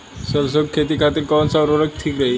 सरसो के खेती खातीन कवन सा उर्वरक थिक होखी?